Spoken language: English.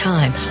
Time